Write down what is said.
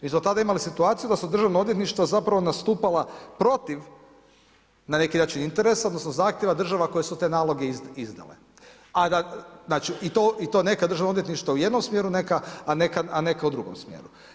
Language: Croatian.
Mi smo tada imali situaciju da su državno odvjetništvo zapravo nastupala protiv, na neki način, interesa odnosno zahtjeva održava koje su te naloge izdale, a da, znači, i to neka državno odvjetništvo u jednom smjeru neka, a neka u drugom smjeru.